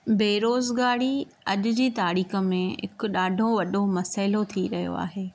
बेरोज़गारी अॼ जी तारीख़ में हिकु ॾाढो वॾो मसइलो थी रहियो आहे